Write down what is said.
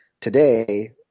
today